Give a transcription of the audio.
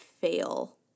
fail